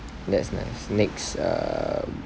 that's nice next um